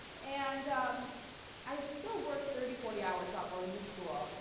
and i still worked thirty, forty hours while going to school.